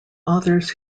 authors